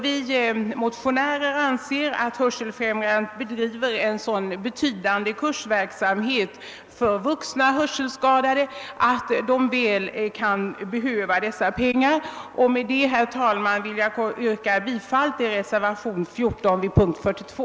Vi motionärer anser att Hörselfrämjandet bedriver en så betydande kursverksamhet för vuxna hörselskadade att de väl kan behöva dessa 200 000 kr. Med detta, herr talman, vill jag yrka bifall till reservation 14 vid punkt 42.